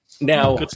Now